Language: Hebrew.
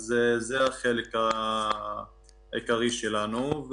זה החלק העיקרי שלנו.